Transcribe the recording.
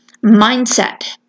Mindset